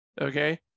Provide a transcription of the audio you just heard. okay